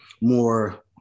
more